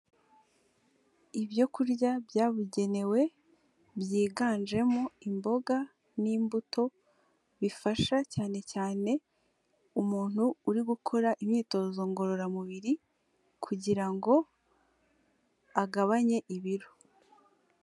Ibyo kurya byabugenewe byiganjemo imboga n'imbuto, bifasha cyane cyane umuntu uri gukora imyitozo ngororamubiri kugira ngo agabanye ibiro.